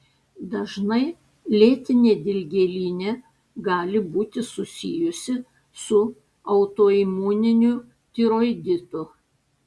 dažnai lėtinė dilgėlinė gali būti susijusi su autoimuniniu tiroiditu